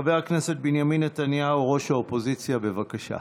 חבר הכנסת בנימין נתניהו, ראש האופוזיציה, בבקשה.